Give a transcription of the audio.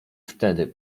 wtedy